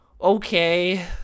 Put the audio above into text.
okay